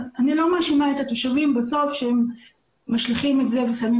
אני לא מאשימה את התושבים בסוף שהם משליכים ושמים